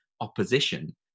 opposition